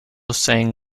sang